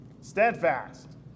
steadfast